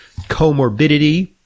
comorbidity